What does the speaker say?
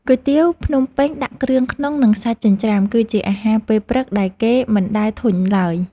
គុយទាវភ្នំពេញដាក់គ្រឿងក្នុង និងសាច់ចិញ្ច្រាំ គឺជាអាហារពេលព្រឹកដែលគេមិនដែលធុញឡើយ។